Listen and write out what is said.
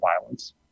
violence